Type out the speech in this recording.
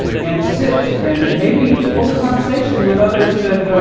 and sit and and maybe hold a conversation with others that,